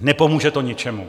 Nepomůže to ničemu.